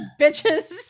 bitches